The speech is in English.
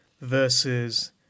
versus